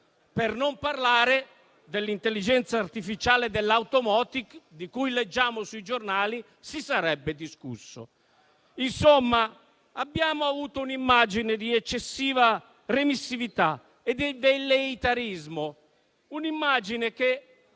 Per non parlare dell'intelligenza artificiale dell'*automotive*, di cui leggiamo sui giornali si sarebbe discusso. Insomma, abbiamo avuto un'immagine di eccessiva remissività e velleitarismo; un'immagine che